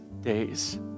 days